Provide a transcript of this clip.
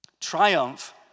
Triumph